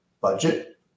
budget